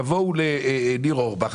יגיעו לניר אורבך,